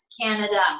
Canada